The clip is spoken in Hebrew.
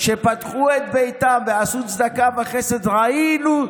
שפתחו את ביתם ועשו צדקה וחסד, לא,